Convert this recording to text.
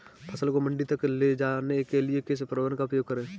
फसल को मंडी तक ले जाने के लिए किस परिवहन का उपयोग करें?